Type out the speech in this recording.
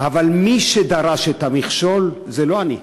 אבל מי שדרש את המכשול זה לא אני,